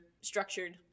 structured